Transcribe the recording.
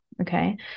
Okay